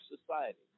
society